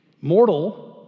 Mortal